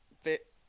fit